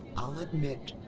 i'll admit,